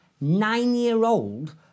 nine-year-old